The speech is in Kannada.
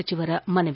ಸಚಿವರು ಮನವಿ